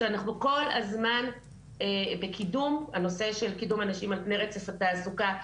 שאנחנו כל הזמן בקידום הנושא של קידום אנשים על פני רצף התעסוקה,